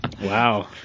Wow